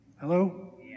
Hello